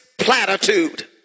platitude